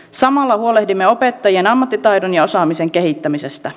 samalla huolehdimme opettajien ammattitaidon ja osaamisen kehittämisestä